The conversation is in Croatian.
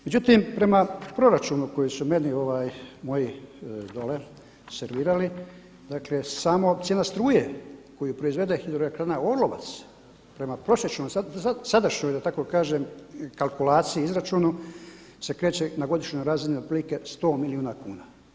Međutim, prema proračunu koji su meni moji dole servirali, dakle samo cijena struje koju proizvede hidroelektrana Orlovac prema prosječnoj sadašnjoj da tako kažem kalkulaciji, izračunu se kreće na godišnjoj razini otprilike sto milijuna kuna.